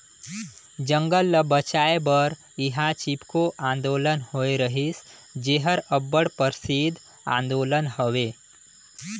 जंगल ल बंचाए बर इहां चिपको आंदोलन होए रहिस जेहर अब्बड़ परसिद्ध आंदोलन हवे